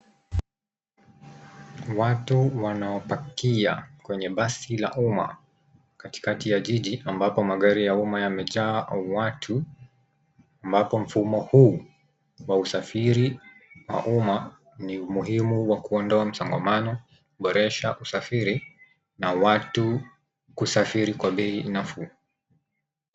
Watu wanaopakia kwenye basi la uma katikati ya jiji ambapo magari ya uma yamejaa au watu ambako mfumo huu wa usafiri wa uma ni muhimu wa kuondoa msongamano, kuboresha usafiri na watu kusafiri kwa bei nafuu.